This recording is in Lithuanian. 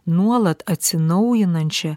nuolat atsinaujinančią